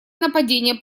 нападение